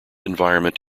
environment